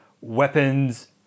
weapons